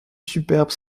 superbes